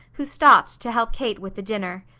who stopped to help kate with the dinner.